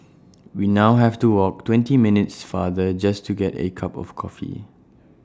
we now have to walk twenty minutes farther just to get A cup of coffee